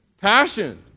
Passion